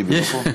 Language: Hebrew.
מה זה שייך?